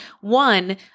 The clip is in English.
one